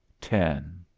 ten